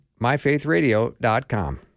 MyFaithRadio.com